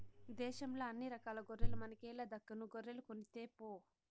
దేశంల అన్ని రకాల గొర్రెల మనకేల దక్కను గొర్రెలు కొనితేపో